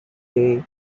day